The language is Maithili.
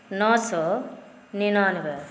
नओ सए निनानबे